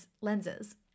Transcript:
lenses